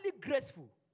graceful